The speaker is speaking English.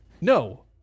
No